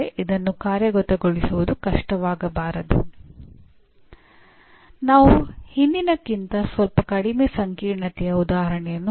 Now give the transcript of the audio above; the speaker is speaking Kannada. ಆದರೆ ಇದು ಇಇಇ ಪ್ರೋಗ್ರಾಂ ಒಂದು ಉದಾಹರಣೆ